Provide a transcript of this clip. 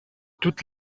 toute